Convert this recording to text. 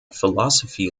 philosophy